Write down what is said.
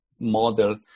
model